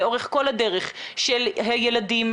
לאורך כל הדרך של הילדים,